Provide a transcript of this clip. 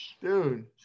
dude